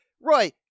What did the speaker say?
Roy